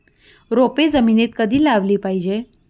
रोपे जमिनीत कधी लावली पाहिजे?